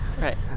Right